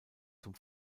zum